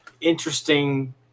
interesting